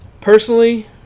Personally